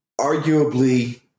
Arguably